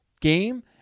game